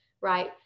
right